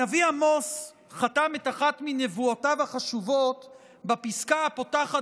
הנביא עמוס חתם את אחת מנבואותיו החשובות בפסקה הפותחת